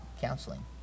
counseling